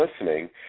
listening